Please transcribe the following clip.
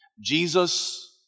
Jesus